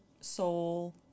soul